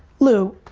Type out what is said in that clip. lou,